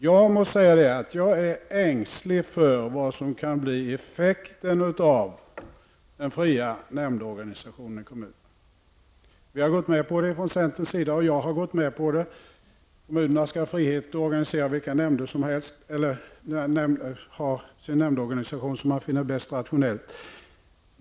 Jag måste säga att jag är ängslig för vad som kan bli effekten av den fria nämndorganisationen i kommunerna. Jag och vi i centern har gått med på att kommunerna skall ha frihet att ordna sin nämndorganisation på det sätt som de finner lämpligast.